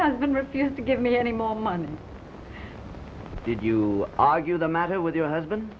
husband refused to give me any more money did you argue the matter with your husband